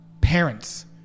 Parents